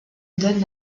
donnent